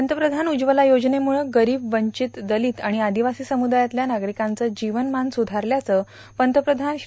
पंतप्रधान उज्जवला योजनेमुळं गरीब वेंवित दलित आणि आदिवासी समुदायातल्या नागरिकांचं जीवनमान सुयारल्याचं पंतप्रधान श्री